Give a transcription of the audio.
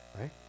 Right